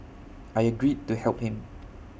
I agreed to help him